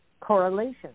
correlation